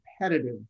competitive